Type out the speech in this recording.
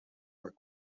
were